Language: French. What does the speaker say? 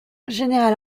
général